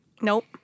Nope